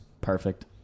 Perfect